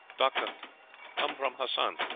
doctor come from hassan.